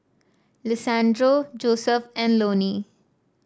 Lisandro Joseph and Loni